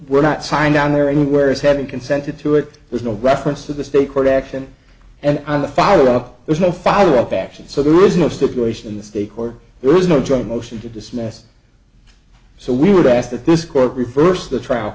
we're not signed on there anywhere is having consented to it there's no reference to the state court action and on the follow up there's no follow up action so there is no stipulation in the stake or there is no joint motion to dismiss so we would ask that this court reverse the trial